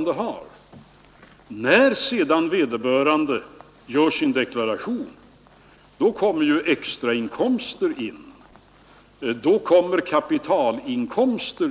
Men när han sedan skriver sin deklaration, kommer också extrainkomster, kapitalinkomster